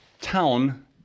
town